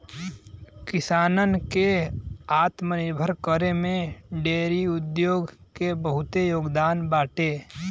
किसानन के आत्मनिर्भर करे में डेयरी उद्योग के बहुते योगदान बाटे